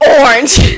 orange